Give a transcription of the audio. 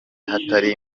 hatari